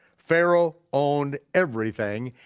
pharaoh owned everything,